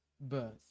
birth